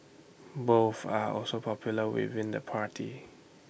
both are also popular within the party